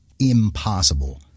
impossible